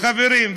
חברים,